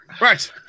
Right